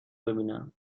ببینم